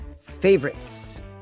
favorites